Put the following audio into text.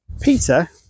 peter